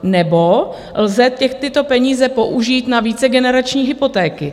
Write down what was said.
Nebo lze těch tyto peníze použít na vícegenerační hypotéky.